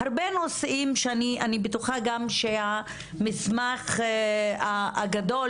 הרבה נושאים שאני בטוחה גם שהמסמך הגדול